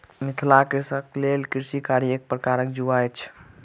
मिथिलाक कृषकक लेल कृषि कार्य एक प्रकारक जुआ अछि